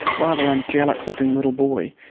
rather angelic-looking little boy,